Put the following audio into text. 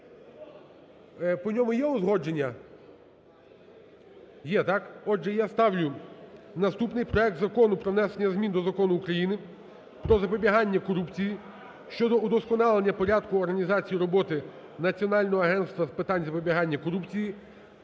По ньому є узгодження? Є, так. Отже, я ставлю наступний проект Закону про внесення змін до Закону України "Про запобігання корупції" щодо удосконалення порядку організації роботи Національного агентства з питань запобігання корупції